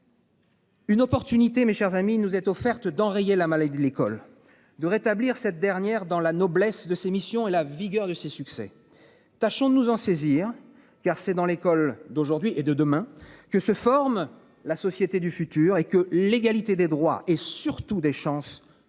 Une opportunité. Mes chers amis, nous est offerte d'enrayer la maladie de l'école de rétablir cette dernière dans la noblesse de ses missions et la vigueur de ses succès. Tâchons de nous en saisir. Car c'est dans l'école d'aujourd'hui et de demain que se forme la société du futur et que l'égalité des droits et surtout des chances